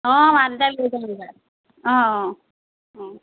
অঁ অঁ অঁ